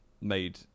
made